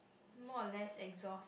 more or less exhaust